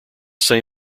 same